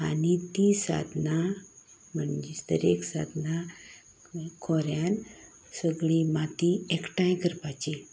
आनी तीं सादनां म्हणजेच दर एक सादनां खोऱ्यान सगळी माती एकठांय करपाची